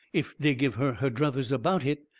if dey give her her druthers about hit.